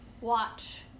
watch